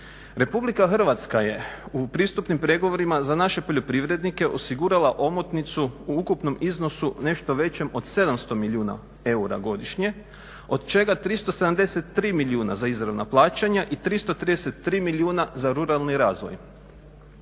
Republika Hrvatska je u pristupnim pregovorima za naše poljoprivrednike osigurala omotnicu u ukupnom iznosu nešto većem od 700 milijuna eura godišnje od čega 373 milijuna za izravna plaćanja i 333 milijuna za ruralni razvoj.